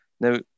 Now